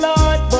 Lord